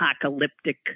apocalyptic